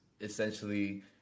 essentially